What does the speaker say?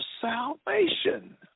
salvation